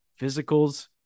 physicals